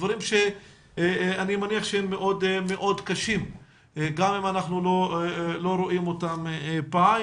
דברים שאני מניח שהם מאוד קשים גם אם אנחנו לא רואים אותם בעין.